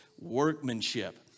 workmanship